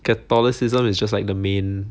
catholicism is just like the main